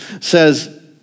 says